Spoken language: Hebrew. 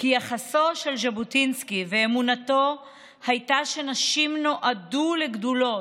כי יחסו של ז'בוטינסקי ואמונתו היו שנשים נועדו לגדולות,